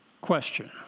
Question